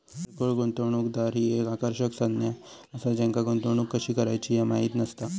किरकोळ गुंतवणूकदार ही एक आकर्षक संज्ञा असा ज्यांका गुंतवणूक कशी करायची ह्या माहित नसता